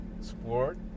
sport